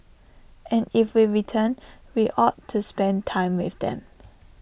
and if we return we ought to spend time with them